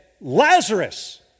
Lazarus